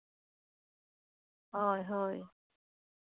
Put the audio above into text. ᱦᱳᱭ ᱦᱳᱭ